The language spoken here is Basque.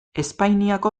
espainiako